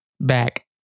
back